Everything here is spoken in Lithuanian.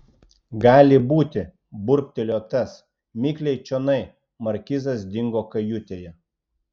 gali būti burbtelėjo tas mikliai čionai markizas dingo kajutėje